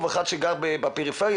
בפריפריה,